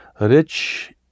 rich